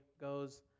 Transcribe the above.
goes